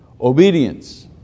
obedience